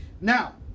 now